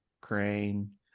crane